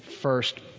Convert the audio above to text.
first